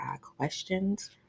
questions